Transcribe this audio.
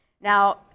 Now